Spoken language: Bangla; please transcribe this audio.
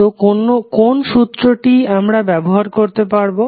তো কোন সূত্রটি ব্যবহার করবে